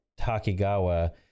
Takigawa